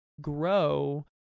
grow